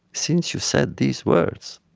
since you said these words,